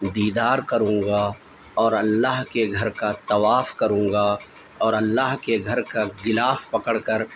دیدار کروں گا اور اللہ کے گھر کا طواف کروں گا اور اللہ کے گھر کا غلاف پکڑ کر